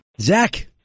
Zach